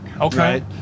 okay